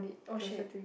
oh shit